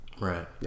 Right